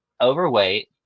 overweight